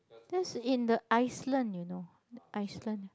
that's in the Iceland you know Iceland